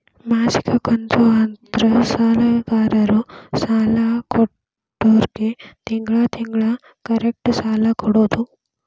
ಮಾಸಿಕ ಕಂತು ಅಂದ್ರ ಸಾಲಗಾರರು ಸಾಲ ಕೊಟ್ಟೋರ್ಗಿ ತಿಂಗಳ ತಿಂಗಳ ಕರೆಕ್ಟ್ ಸಾಲ ಕೊಡೋದ್